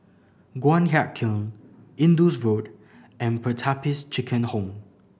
Guan Huat Kiln Indus Road and Pertapis Children Home